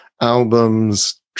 albums